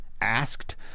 asked